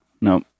no